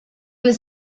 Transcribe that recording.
was